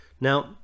Now